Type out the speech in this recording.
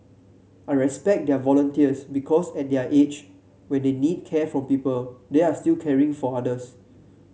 I respect their volunteers because at their age when they need care from people they are still caring for others